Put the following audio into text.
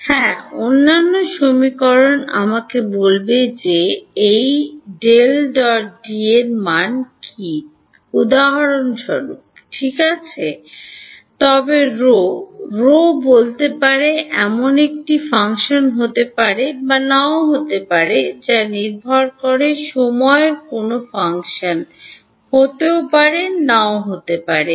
হ্যাঁ অন্যান্য সমীকরণ আমাকে বলবে যে এই এর মান কী উদাহরণস্বরূপ ঠিক আছে তবে ρ ρ বলতে পারে এমন একটি ফাংশন হতে পারে বা নাও হতে পারে যা নির্ভর করে সময়ের কোনও ফাংশন হতে পারে বা নাও হতে পারে